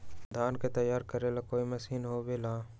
धान के तैयार करेला कोई मशीन होबेला का?